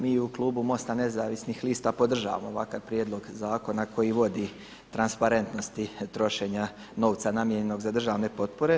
Mi u klubu MOST-a Nezavisnih lista podržavamo ovakav prijedlog zakona koji vodi transparentnosti trošenja novca namijenjenog za državne potpore.